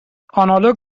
آنالوگ